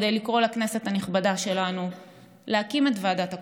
כדי לקרוא לכנסת הנכבדה שלנו להקים את ועדת הקורונה,